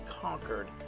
Conquered